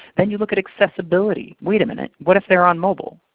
then you look at accessibility wait a minute. what if they're on mobile?